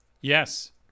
Yes